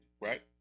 right